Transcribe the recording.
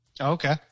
Okay